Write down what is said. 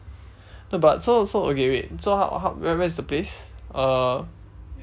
no but so so okay wait so how how where where is the place uh